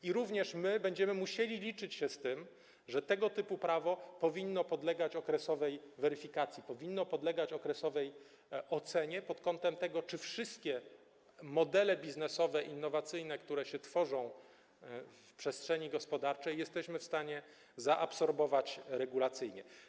I również my będziemy musieli liczyć się z tym, że tego typu prawo powinno podlegać okresowej weryfikacji, powinno podlegać okresowej ocenie pod kątem tego, czy wszystkie modele biznesowe innowacyjne, które się tworzą w przestrzeni gospodarczej, jesteśmy w stanie zaabsorbować regulacyjnie.